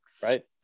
right